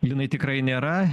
linai tikrai nėra